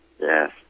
Yes